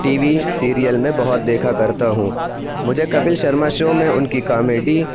T V serial میں بہت دیکھا کرتا ہوں مجھے کپل شرما شو میں اُن کی کامیڈی